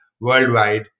worldwide